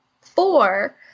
four